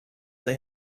they